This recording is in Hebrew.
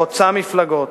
זו משימה חוצה מפלגות,